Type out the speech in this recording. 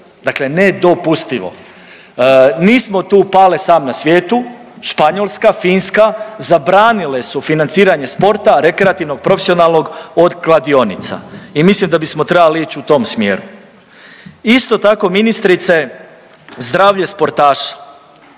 dakle nedopustivo. Nismo tu Pale sam na svijetu, Španjolska, Finska zabranile su financiranje sporta rekreativnog, profesionalnog od kladionica. I mislim da bismo trebali ići u tom smjeru. Isto tako ministrice zdravlje sportaša,